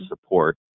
support